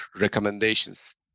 recommendations